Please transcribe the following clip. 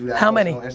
how many?